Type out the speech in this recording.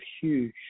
huge